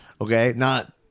okay—not